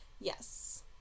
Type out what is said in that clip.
yes